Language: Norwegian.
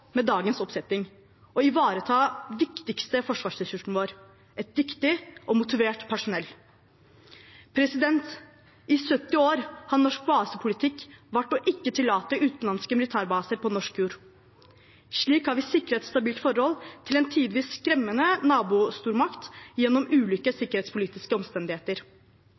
med dagens oppsetting og ivareta den viktigste forsvarsressursen vår: et dyktig og motivert personell. I 70 år har norsk basepolitikk vært å ikke tillate utenlandske militærbaser på norsk jord. Slik har vi sikret et stabilt forhold til en tidvis skremmende nabostormakt gjennom ulike sikkerhetspolitiske omstendigheter,